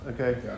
okay